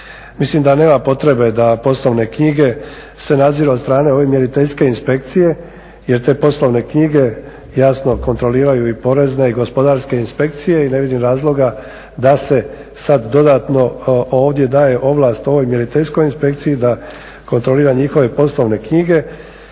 Mislim da nema potrebe da poslovne knjige se nadziru od strane ove mjeriteljske inspekcije jer te poslovne knjige jasno kontroliraju i porezne i gospodarske inspekcije. I ne vidim razloga da se sada dodatno ovdje daje ovlast ovoj mjeriteljskoj inspekciji da kontrolira njihove poslovne knjige